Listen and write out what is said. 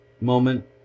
moment